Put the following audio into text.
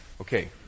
Okay